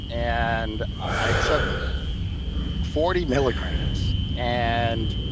and i took forty milligrams. and